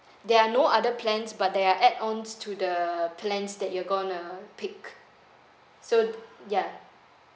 there are no other plans but there are add ons to the plans that you're going to pick so ya